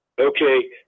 okay